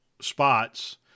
spots